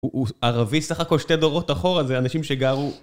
הוא ערבי סך הכל שתי דורות אחורה, זה אנשים שגרו...